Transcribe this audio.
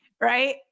right